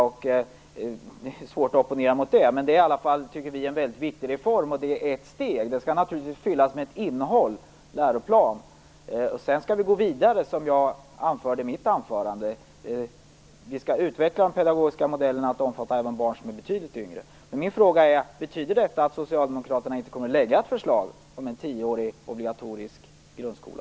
Det är svårt att opponera mot det. Men vi tycker att det är en mycket viktig reform, och det är ett steg. Detta skall naturligtvis fyllas med ett innehåll - en läroplan. Sedan skall vi gå vidare som jag sade i mitt anförande. Vi skall utveckla de pedagogiska modellerna att omfatta även barn som är betydligt yngre. Men min fråga är: Betyder detta att Socialdemokraterna inte kommer att lägga fram ett förslag om en tioårig obligatorisk grundskola?